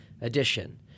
edition